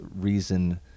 reason